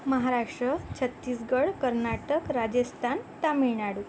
Maharashtra Chhattisgarh Karnataka Rajasthan Tamil Nadu